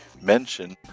mention